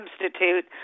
substitute